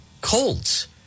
colds